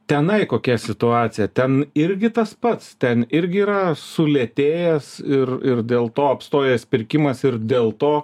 tenai kokia situacija ten irgi tas pats ten irgi yra sulėtėjęs ir ir dėl to apstojęs pirkimas ir dėl to